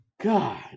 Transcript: God